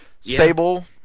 Sable